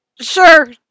Sure